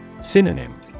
Synonym